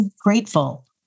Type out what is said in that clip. grateful